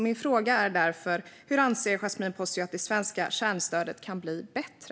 Min fråga är därför: Hur anser Yasmine Posio att det svenska kärnstödet kan bli bättre?